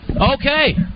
Okay